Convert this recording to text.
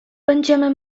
będziemy